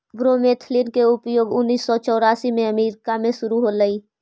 bromethalin के उपयोग उन्नीस सौ चौरासी में अमेरिका में शुरु होलई